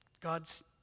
God's